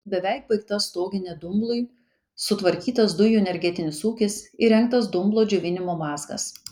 beveik baigta stoginė dumblui sutvarkytas dujų energetinis ūkis įrengtas dumblo džiovinimo mazgas